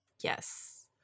Yes